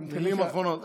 מילים אחרונות.